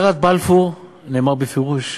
בהצהרת בלפור נאמר בפירוש: